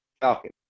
falcon